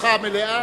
זכותך המלאה.